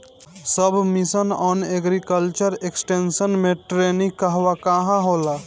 सब mission on agriculture extension मै टेरेनीं कहवा कहा होला?